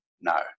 No